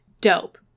dope